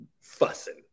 fussing